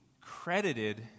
credited